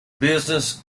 business